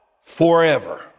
Forever